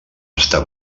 està